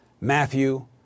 Matthew